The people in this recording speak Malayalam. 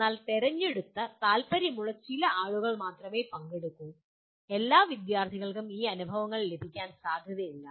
എന്നാൽ തിരഞ്ഞെടുത്ത താൽപ്പര്യമുള്ള ചില ആളുകൾ മാത്രമേ പങ്കെടുക്കൂ എല്ലാ വിദ്യാർത്ഥികൾക്കും ഈ അനുഭവങ്ങൾ ലഭിക്കാൻ സാധ്യതയില്ല